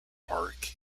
park